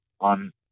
on